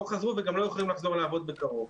חזרו וגם לא יכולים לחזור לעבוד בקרוב.